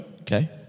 Okay